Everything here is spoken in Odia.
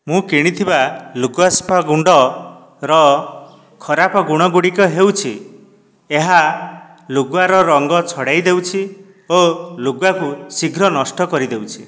ମୁଁ କିଣିଥିବା ଲୁଗାସଫା ଗୁଣ୍ଡର ଖରାପ ଗୁଣଗୁଡ଼ିକ ହେଉଛି ଏହା ଲୁଗାର ରଙ୍ଗ ଛଡ଼ାଇଦେଉଛି ଓ ଲୁଗାକୁ ଶୀଘ୍ର ନଷ୍ଟ କରିଦେଉଛି